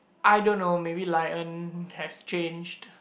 I don't know maybe Lye-En has change